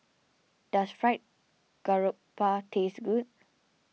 does Fried Garoupa taste good